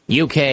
UK